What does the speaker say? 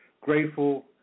grateful